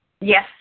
Yes